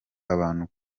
abantu